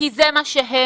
כי זה מה שהם.